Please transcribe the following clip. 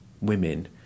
women